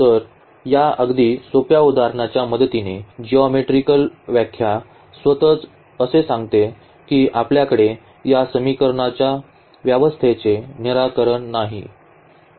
तर या अगदी सोप्या उदाहरणाच्या मदतीने जिओमेट्रीकल व्याख्या स्वतःच असे सांगते की आपल्याकडे या समीकरणांच्या व्यवस्थेचे निराकरण नाही